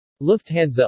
Lufthansa